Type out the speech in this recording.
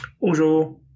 Bonjour